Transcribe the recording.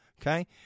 Okay